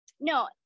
no